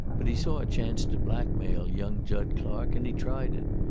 but he saw a chance to blackmail young jud clark and he tried it.